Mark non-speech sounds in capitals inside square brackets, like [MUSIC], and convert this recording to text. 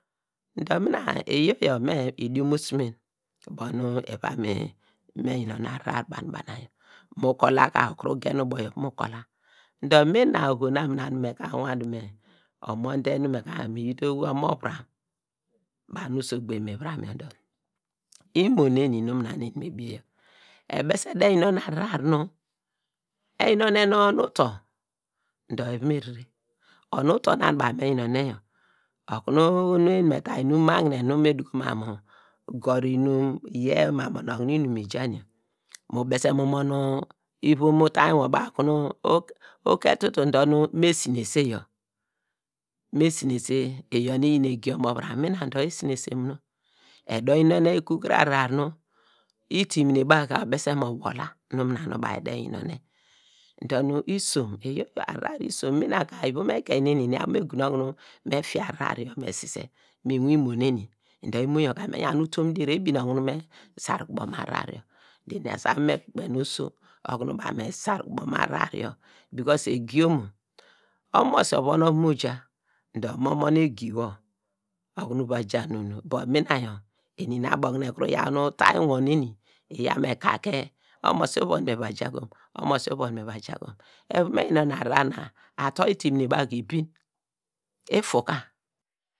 Dor mina, iyor yor idiomosumen ubo nu eva me yinonen a hrar banu banu yor, mu kol- aka ukuru mu gen ubo yor mu ko- a dor mina oho na nu uwan du me omon de nu me ka mi yite omovuram banu usogbo imivuram yor dor, imo nu eni nu nuna eni me bie yor ebese de yinonen ahrar nu, eyinonen onu uto dor eva me rere, onu uto na nu baw me yinonen yor okunu oho nu eni me ta imum magne me duko mam mu gor inum mam mu onaokunu inum ijan yor mu bese mu mon ivom utainwo baw nu uketutu dor nu me sinese yor, mesines iyor nu iyin egi omo vuram yor, mina dor esinese munu o ede yinonen ikukuru ahrar nu itimine baw ka obese mo wol lanu mina nu baw ede yinonen dor nu isom a hrar yor isom mina ka ivom ekeri neni eni abo okunu me gun okunu eni me fia a hrar me sise inwin imonen dor imo yor ka me yan utom dier ebine okuru me sar ku ubo mu a hrar yor dor eni asu abo okunu me kpe kpena oso okunu baw me sar ku ubo mu a hrar yor [UNINTELLIGIBLE] egi omo, omosi ovan wor ovan mo ja dor mo mon egi wor okunu wa ja nu nu, dor mina yor eni nu abo okunu ekuru yor nu utami nor neni eyaw me ka ke omosi uvan me va ja, kom omosi uvan me va ja kom, evu me yinonen ahrar na ator itimine baw kire ibin ifu ka